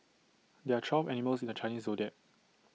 there are twelve animals in the Chinese Zodiac